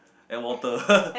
and water